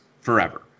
forever